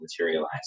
materialize